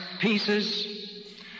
pieces